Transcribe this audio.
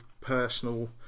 personal